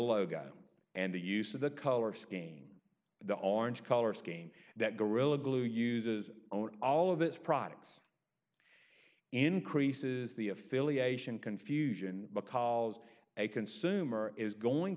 logo and the use of the color scheme the orange color scheme that gorilla glue uses on all of its products increases the affiliation confusion because a consumer is going